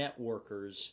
networkers